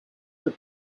had